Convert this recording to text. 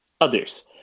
others